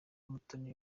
mutoni